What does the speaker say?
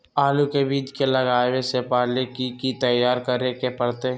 आलू के बीज के लगाबे से पहिले की की तैयारी करे के परतई?